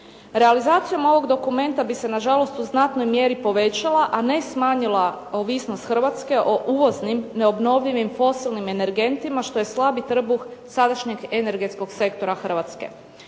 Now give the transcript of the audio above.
Realizacijom ovog dokumenta bi se nažalost u znatnoj mjeri povećala a ne smanjila ovisnost Hrvatske o uvoznim neobnovljivim fosilnim energentima što je slabi trbuh sadašnjeg energetskog sektora Hrvatske.